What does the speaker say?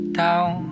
down